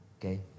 Okay